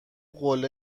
قله